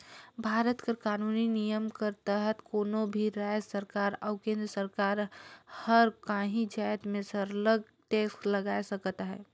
भारत कर कानूनी नियम कर तहत कोनो भी राएज सरकार अउ केन्द्र कर सरकार हर काहीं जाएत में सरलग टेक्स लगाए सकत अहे